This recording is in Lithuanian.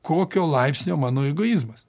kokio laipsnio mano egoizmas